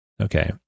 Okay